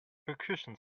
percussion